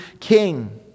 king